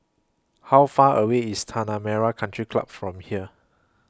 How Far away IS Tanah Merah Country Club from here